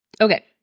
Okay